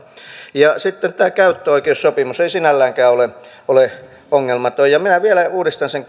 vain sitten tämä käyttöoikeussopimus ei sinälläänkään ole ole ongelmaton ja minä vielä uudistan sen